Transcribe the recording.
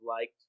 liked